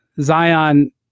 Zion